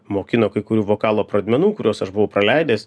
mokino kai kurių vokalo pradmenų kuriuos aš buvau praleidęs